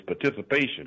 participation